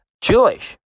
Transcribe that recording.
Jewish